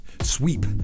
Sweep